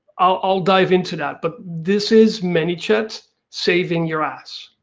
i'll dive into that. but this is manychat saving your ass,